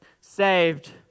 saved